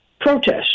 protest